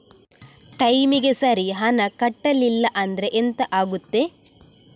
ಟೈಮಿಗೆ ಸರಿ ಹಣ ಕಟ್ಟಲಿಲ್ಲ ಅಂದ್ರೆ ಎಂಥ ಆಗುತ್ತೆ?